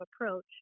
approach